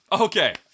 Okay